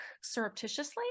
surreptitiously